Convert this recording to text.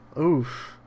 oof